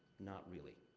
not really.